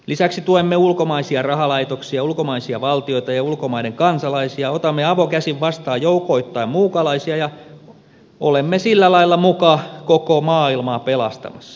lisäksi tuemme ulkomaisia rahalaitoksia ulkomaisia valtioita ja ulkomaiden kansalaisia otamme avokäsin vastaan joukoittain muukalaisia ja olemme sillä lailla muka koko maailmaa pelastamassa